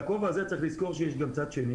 יש גם צד שני